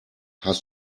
hast